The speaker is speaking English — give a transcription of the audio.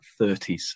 30s